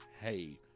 Hey